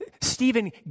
Stephen